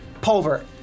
Pulver